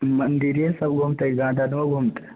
मन्दिरे सब घूमते गार्डनो घूमते